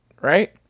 right